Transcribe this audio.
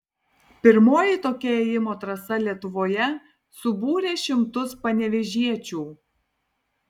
pirmoji tokia ėjimo trasa lietuvoje subūrė šimtus panevėžiečių